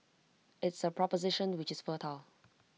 it's A proposition which is fertile